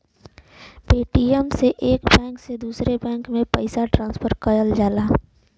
Paytm से एक bank से दूसरे बैंक में पइसा ट्रांसफर किहल जाला